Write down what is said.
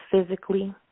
physically